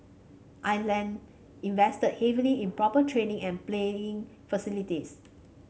island invested heavily in proper training and playing facilities